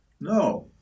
No